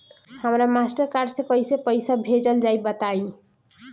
हमरा Mastercard से कइसे पईसा भेजल जाई बताई?